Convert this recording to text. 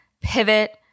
pivot